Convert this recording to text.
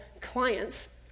clients